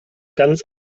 ganz